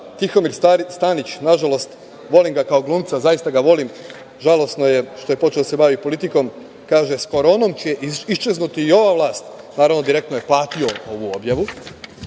Tihomir Stanić, nažalost, volim ga kao glumca, zaista ga volim, žalosno je što je počeo da se bavi politikom, kaže: „S Koronom će iščeznuti i ova vlast“. Naravno, „Direktno“ je platio ovu objavu